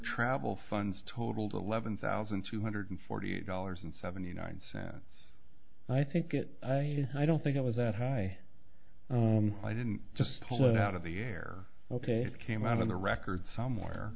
travel funds totaled eleven thousand two hundred forty eight dollars and seventy nine cents i think it i did i don't think it was that high on i didn't just pull it out of the air ok it came out in the record somewhere